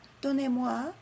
donnez-moi